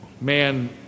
man